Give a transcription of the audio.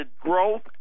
growth